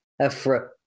afro